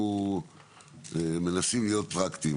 כשאנחנו מנסים להיות פרקטיים,